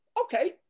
Okay